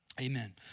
Amen